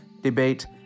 debate